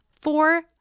Four